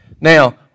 Now